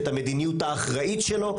את המדיניות האחראית שלו,